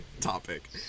topic